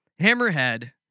Hammerhead